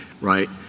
right